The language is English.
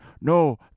No